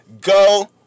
Go